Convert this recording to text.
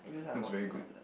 looks very good